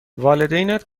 والدینت